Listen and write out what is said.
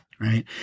Right